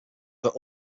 their